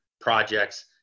projects